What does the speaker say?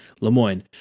Lemoyne